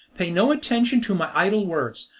pay no attention to my idle words,